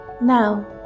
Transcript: Now